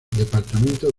departamento